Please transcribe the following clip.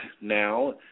now